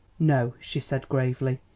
no, she said gravely.